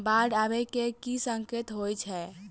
बाढ़ आबै केँ की संकेत होइ छै?